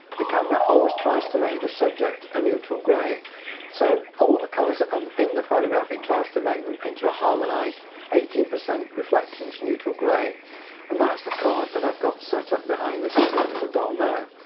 the camera always tries to make the subject a neutral grey so with all the colors are um in the photograph it tries to make them into a harmonized eighteen percent reflectance, neutral grey and that's the card that i've got set up behind this little doll now.